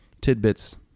tidbits